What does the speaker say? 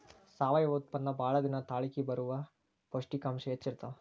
ಸಾವಯುವ ಉತ್ಪನ್ನಾ ಬಾಳ ದಿನಾ ತಾಳಕಿ ಬರತಾವ, ಪೌಷ್ಟಿಕಾಂಶ ಹೆಚ್ಚ ಇರತಾವ